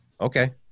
Okay